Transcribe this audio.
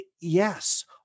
yes